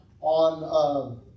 on